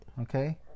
Okay